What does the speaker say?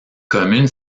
commune